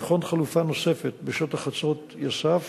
לבחון חלופה נוספת בשטח חצרות-יסף,